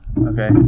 Okay